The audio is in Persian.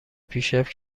پیشرفت